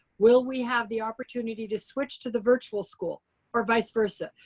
will we have the opportunity to switch to the virtual school or vice versa?